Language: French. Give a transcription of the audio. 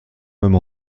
même